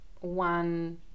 one